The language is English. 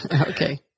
Okay